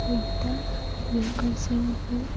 Khordha Jagatsinghpur